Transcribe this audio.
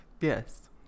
Yes